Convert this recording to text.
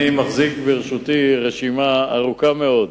אני מחזיק ברשותי רשימה ארוכה מאוד